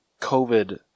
COVID